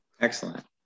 excellent